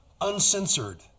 uncensored